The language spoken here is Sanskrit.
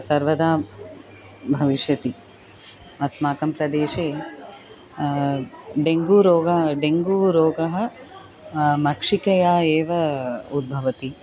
सर्वदा भविष्यति अस्माकं प्रदेशे डेन्गू रोगः डेन्गू रोगः मक्षिकया एव उद्भवति